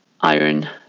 iron